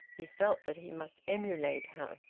he felt that he must emulate her.